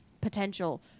potential